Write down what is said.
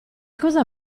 cosa